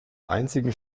einzigen